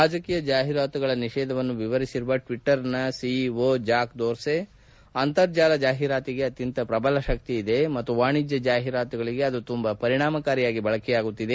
ರಾಜಕೀಯ ಜಾಹೀರಾತುಗಳ ನಿಷೇಧವನ್ನು ವಿವರಿಸಿರುವ ಟ್ವಿಟ್ವರ್ನ ಸಿಇಒ ಜಾಕ್ ದೊರ್ಸೆ ಅಂತರ್ಜಾಲ ಜಾಹೀರಾತಿಗೆ ಅತ್ಯಂತ ಪ್ರಬಲ ಶಕ್ತಿ ಇದೆ ಮತ್ತು ವಾಣಿಜ್ಯ ಜಾಹೀರಾತುಗಳಿಗೆ ಅದು ತುಂಬಾ ಪರಿಣಾಮಕಾರಿಯಾಗಿ ಬಳಕೆಯಾಗುತ್ತಿದೆ